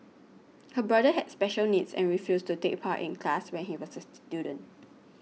her brother had special needs and refused to take part in class when he was a student